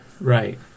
right